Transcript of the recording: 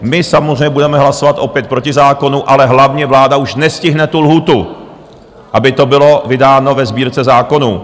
My samozřejmě budeme hlasovat opět proti zákonu, ale hlavně, vláda už nestihne tu lhůtu, aby to bylo vydáno ve Sbírce zákonů.